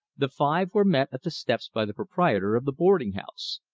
the five were met at the steps by the proprietor of the boarding-house.